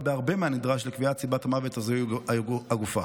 בהרבה מהנדרש לקביעת סיבת המוות או זיהוי הגופה.